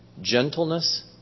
gentleness